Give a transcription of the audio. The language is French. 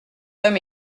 homme